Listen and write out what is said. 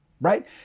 right